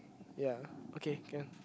ya okay can